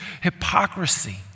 hypocrisy